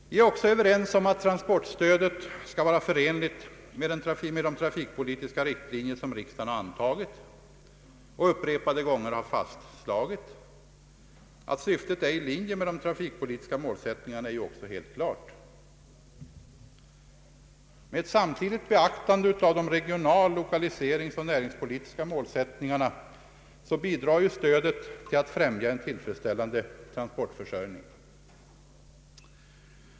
Vi är också överens om att transportstödet skall vara förenligt med de trafikpolitiska riktlinjer som riksdagen har antagit och upprepade gånger fastslagit. Att syftet är i linje med de trafikpolitiska målsättningarna är ju också helt klart. Med ett samtidigt beaktande av de regional-, lokaliseringsoch näringspolitiska målsättningarna bidrar stödet till att främja en tillfredsställande transportförsörjning.